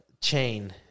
chain